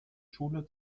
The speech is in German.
schule